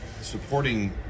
supporting